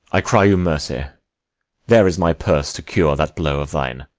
i cry you mercy there is my purse to cure that blow of thine.